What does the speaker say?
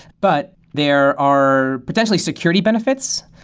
but there are potentially security benefits.